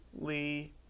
Lee